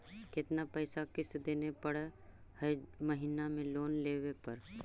कितना पैसा किस्त देने पड़ है महीना में लोन लेने पर?